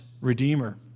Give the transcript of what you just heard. redeemer